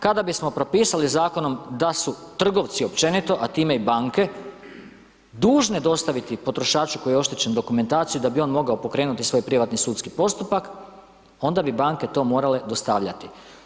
Kada bismo propisali zakonom da su trgovci općenito, a time i banke, dužne dostaviti potrošaču koji je oštećen, dokumentaciju, da bi on mogao pokrenuti svoj privatni sudski postupak, onda bi banke to morale dostavljati.